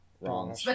Wrong